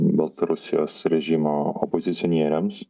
baltarusijos režimo opozicionieriams